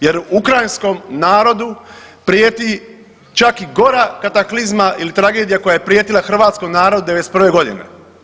Jer ukrajinskom narodu prijeti čak i gora kataklizma ili tragedija koja je prijetila hrvatskom narodu '91. godine.